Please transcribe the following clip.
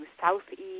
southeast